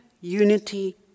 unity